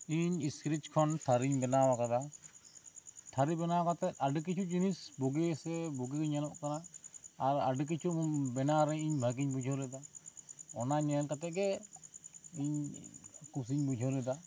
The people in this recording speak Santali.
ᱤᱧ ᱥᱤᱨᱤᱪ ᱠᱷᱚᱱ ᱛᱷᱟᱹᱨᱤᱧ ᱵᱮᱱᱟᱣ ᱟᱠᱟᱫᱟ ᱛᱷᱟᱹᱨᱤ ᱵᱮᱱᱟᱣ ᱠᱟᱛᱮᱜ ᱟᱹᱰᱤ ᱠᱤᱪᱷᱩ ᱡᱤᱱᱤᱥ ᱵᱩᱜᱤ ᱥᱮ ᱵᱩᱜᱤ ᱧᱮᱞᱚᱜ ᱠᱟᱱᱟ ᱟᱨ ᱟᱹᱰᱤ ᱠᱤᱪᱷᱩ ᱢᱢ ᱵᱮᱱᱟᱣ ᱨᱮᱧ ᱵᱷᱟᱹᱜᱤᱧ ᱵᱩᱡᱷᱟᱹᱣ ᱞᱮᱫᱟ ᱚᱱᱟ ᱧᱮᱞ ᱠᱟᱛᱮᱫ ᱜᱤ ᱤᱧ ᱠᱩᱥᱤᱧ ᱵᱩᱡᱷᱟᱹᱣ ᱞᱮᱫᱟ